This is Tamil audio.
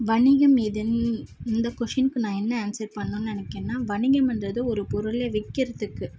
வணிகம் எதுன்னு இந்த கொஷினுக்கு நான் என்ன ஆன்ஸர் பண்ணணும் நினைக்கிறேன்னா வணிகம் என்றது ஒரு பொருளை விற்கிறதுக்கு